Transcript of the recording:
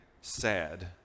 sad